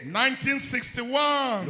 1961